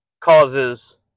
causes